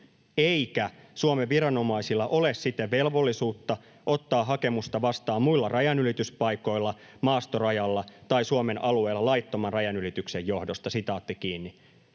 eikä Suomen viranomaisilla ole siten velvollisuutta ottaa hakemusta vastaan muilla rajanylityspaikoilla, maastorajalla tai Suomen alueella laittoman rajanylityksen johdosta.” Päivänselvä